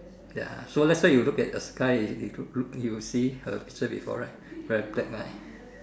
ya so that's why you look at the sky you look look you'll see a saw before right very black right